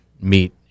meet